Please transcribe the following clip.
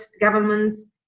governments